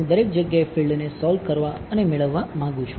હું દરેક જગ્યાએ ફિલ્ડને સોલ્વ કરવા અને મેળવવા માંગુ છે